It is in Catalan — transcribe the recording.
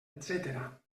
etcètera